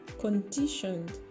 conditioned